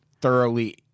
thoroughly